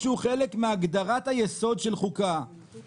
אין שום דבר אחר.